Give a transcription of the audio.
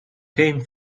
game